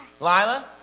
Lila